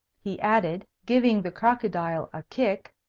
he added, giving the crocodile a kick.